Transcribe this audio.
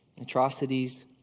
atrocities